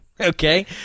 Okay